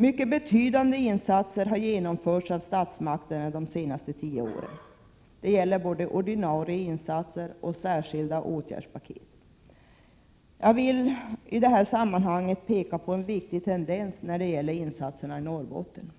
Mycket betydande insatser har genomförts av statsmakterna de senaste tio åren. Detta gäller både ordinarie insatser och särskilda åtgärdspaket. Jag vill i detta sammanhang peka på en viktig tendens när det gäller insatserna i Norrbotten.